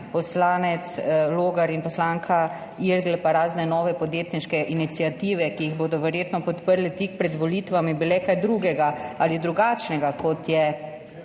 poslanec Logar in poslanka Irgl pa razne nove podjetniške iniciative, ki jih bodo verjetno podprli tik pred volitvami, kaj drugega ali drugačnega, kot je